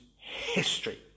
history